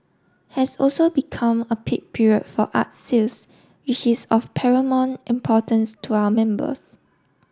has also become a peak period for art sales which is of paramount importance to our members